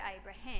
Abraham